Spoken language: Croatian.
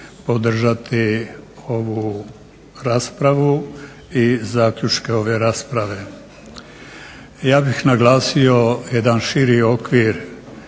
podržati ovu raspravu i zaključke ove rasprave. Ja bih naglasio jedan širi okvir